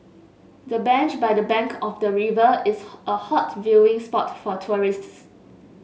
the bench by the bank of the river is a a hot viewing spot for tourists